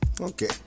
Okay